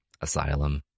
asylum